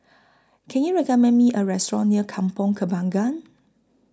Can YOU recommend Me A Restaurant near Kampong Kembangan